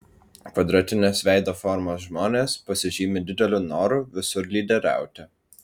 kvadratinės veido formos žmonės pasižymi dideliu noru visur lyderiauti